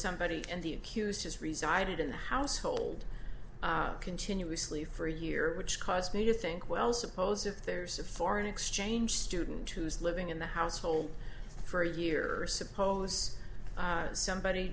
somebody and the accused has resided in the household continuously for a year which caused me to think well suppose if there's a foreign exchange student who is living in the household for a year suppose somebody